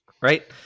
Right